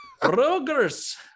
Brokers